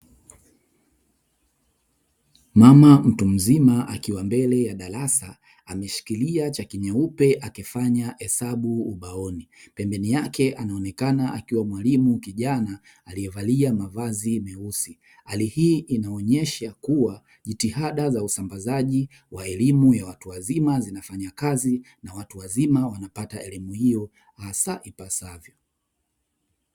Mama mtu mzima akiwa mbele ya darasa ameshikilia chaki nyeupe akifanya hesabu ubaoni, pembeni yake anaonekana akiwa mwalimu kijana aliyevalia mavazi meusi. Hali hii inaonyesha kuwa jitihada za usambazaji wa elimu ya watu wazima ,zinafanya kazi na watu wazima wanapata elimu hiyo hasa ipasavyo.